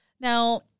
Now